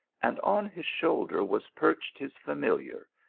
and on his shoulder was perched his familiar,